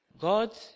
God